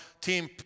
Team